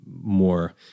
more